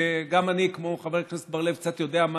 שגם אני כמו חבר הכנסת בר-לב קצת יודע,